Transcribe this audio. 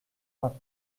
vingt